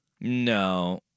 no